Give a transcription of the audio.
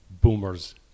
boomers